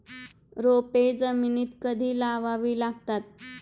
रोपे जमिनीत कधी लावावी लागतात?